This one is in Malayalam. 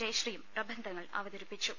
ജയശ്രീയും പ്രബന്ധങ്ങൾ അവതരിപ്പിച്ചു